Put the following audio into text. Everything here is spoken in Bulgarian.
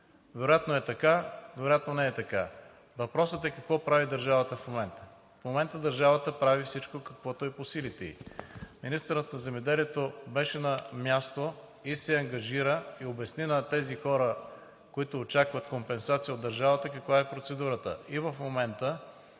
Вероятно е така – вероятно не е така, но въпросът е: какво прави държавата в момента? В момента държавата прави всичко по силите си. Министърът на земеделието беше на място, ангажира се и обясни на тези хора, които очакват компенсации от държавата, каква е процедурата. В момента